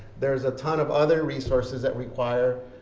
there's a ton of other resources that require,